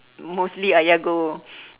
mostly ayah go